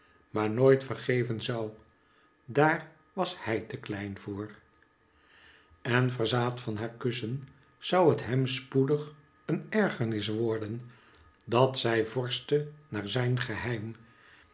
maar nooit vergeven zou daar was hij te klein voor en verzaad van haar kussen zou het hem spoedig een ergernis worden dat zij vorschte naar zijn geheim